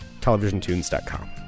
TelevisionTunes.com